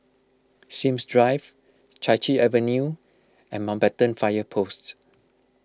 Sims Drive Chai Chee Avenue and Mountbatten Fire Post